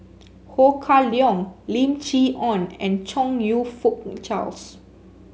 Ho Kah Leong Lim Chee Onn and Chong You Fook Charles